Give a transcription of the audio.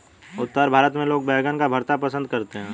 उत्तर भारत में लोग बैंगन का भरता पंसद करते हैं